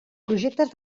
projectes